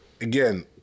again